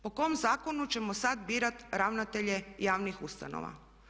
Po kom zakonu ćemo sad birati ravnatelje javnih ustanova?